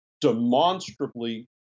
demonstrably